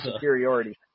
superiority